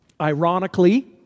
Ironically